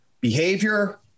behavior